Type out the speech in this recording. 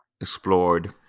explored